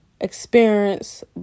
experience